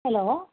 hello